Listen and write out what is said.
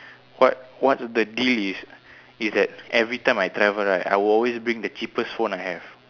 what what's the deal is is that every time I travel right I will always bring the cheapest phone I have